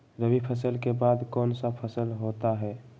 रवि फसल के बाद कौन सा फसल होता है?